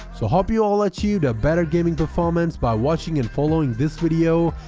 so hope you all achieved a better gaming performance by watching and following this video,